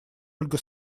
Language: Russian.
ольга